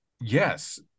Yes